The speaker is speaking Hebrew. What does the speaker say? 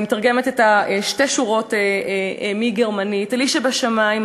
אני מתרגמת שתי שורות מגרמנית: "אלי שבשמים,